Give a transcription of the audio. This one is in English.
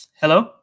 hello